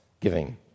giving